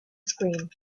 scream